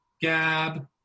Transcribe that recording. Gab